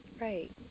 Right